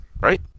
Right